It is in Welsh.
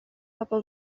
bobol